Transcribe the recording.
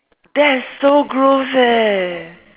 that's so gross eh